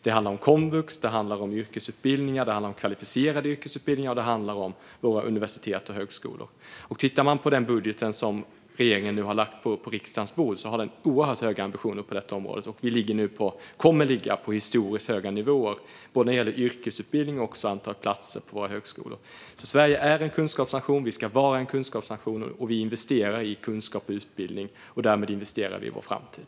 Det handlar om komvux, om yrkesutbildningar, om kvalificerad yrkesutbildning och om våra universitet och högskolor. Den budget som regeringen nu har lagt på riksdagens bord har oerhört höga ambitioner på detta område. Vi kommer att ligga på historiskt höga nivåer vad gäller yrkesutbildning och antalet platser på våra högskolor. Sverige är en kunskapsnation. Vi ska vara en kunskapsnation. Vi investerar i kunskap och utbildning, och därmed investerar vi i vår framtid.